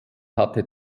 hatte